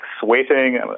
sweating